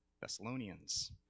Thessalonians